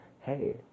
hey